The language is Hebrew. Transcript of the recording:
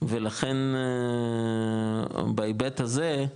ולכן בהיבט הזה,